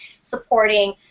supporting –